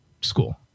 school